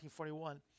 1941